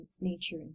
nature